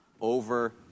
over